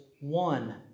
one